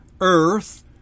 earth